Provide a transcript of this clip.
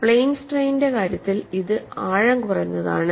plane സ്ട്രെയ്നിന്റെ കാര്യത്തിൽ അത് ആഴം കുറഞ്ഞതാണ്